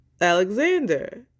Alexander